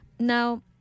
Now